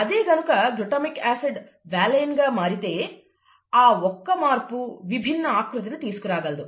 అదే గనుక glutamic acid valine గా మారితే ఆ ఒక్క మార్పు విభిన్న ఆకృతిని తీసుకురాగలదు